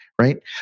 right